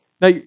Now